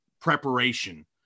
preparation